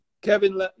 Kevin